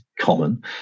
common